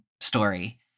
story